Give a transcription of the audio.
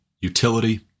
utility